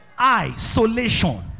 Isolation